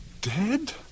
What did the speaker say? Dead